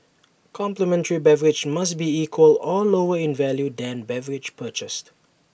complimentary beverage must be equal or lower in value than beverage purchased